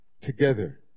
together